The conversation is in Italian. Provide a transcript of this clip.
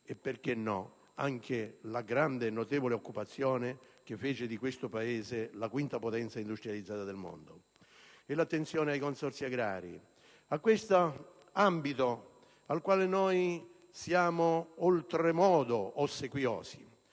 - perché no - anche la grande e notevole occupazione che fece di questo Paese la quinta potenza industrializzata del mondo), l'attenzione ai consorzi agrari, ambito al quale noi siamo oltremodo ossequiosi.